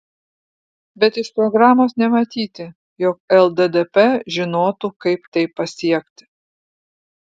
bet iš programos nematyti jog lddp žinotų kaip tai pasiekti